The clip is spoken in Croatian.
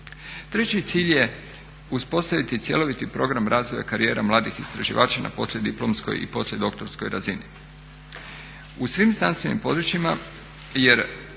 Treći cilj je uspostaviti cjeloviti program razvoja karijera mladih istraživača na poslijediplomskoj i poslijedoktorskoj razini